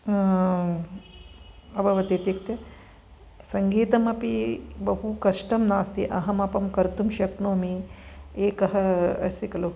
अभवतीत्युक्ते सङ्गीतमपि बहु कष्टं नास्ति अहमपि कर्तुं शक्नोमि एकः अस्ति खलु